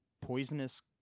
poisonous